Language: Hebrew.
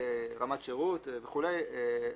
רמת שירות וכולי,